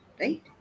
right